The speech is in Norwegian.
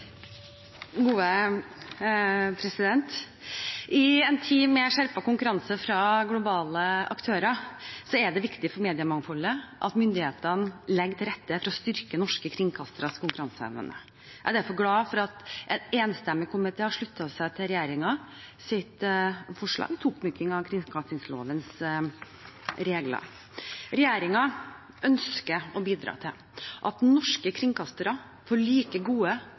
viktig for mediemangfoldet at myndighetene legger til rette for å styrke norske kringkasteres konkurranseevne. Jeg er derfor glad for at en enstemmig komité har sluttet seg til regjeringens forslag om oppmykning av kringkastingslovens regler. Regjeringen ønsker å bidra til at norske kringkastere får like gode